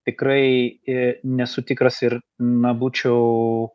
tikrai į nesu tikras ir na būčiau